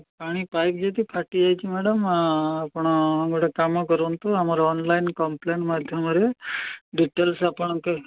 ପାଣି ପାଇପ୍ ଯଦି ଫାଟି ଯାଇଛି ମ୍ୟାଡ଼ମ୍ ଆପଣ ଗୋଟେ କାମ କରନ୍ତୁ ଆମର ଅନଲାଇନ୍ କମ୍ପ୍ଲେନ୍ ମାଧ୍ୟମରେ ଡିଟେଲସ୍ ଆପଣଙ୍କ